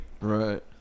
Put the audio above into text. Right